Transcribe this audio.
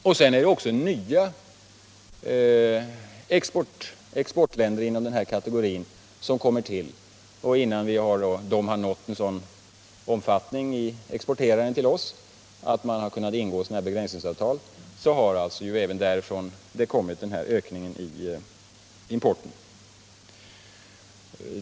Vidare har nya exportländer inom denna kategori tillkommit. Innan deras export till oss har nått en sådan omfattning att vi kunnat ingå begränsningsavtal har alltså även de bidragit till ökningen av vår import.